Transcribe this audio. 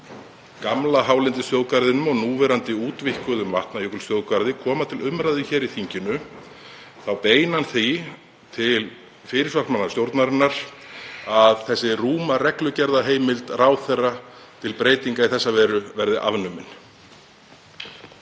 gamla hálendisþjóðgarðinum og núverandi útvíkkuðum Vatnajökulsþjóðgarði koma til umræðu í þinginu þá beini hann því til fyrirsvarsmanna stjórnarinnar að þessi rúma reglugerðarheimild ráðherra til breytinga í þessa veru verði afnumin.